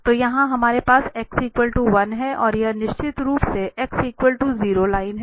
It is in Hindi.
तो यहां हमारे पास x 1 है और यह निश्चित रूप से x 0 लाइन है